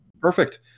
Perfect